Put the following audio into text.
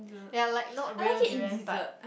ya like not real durian but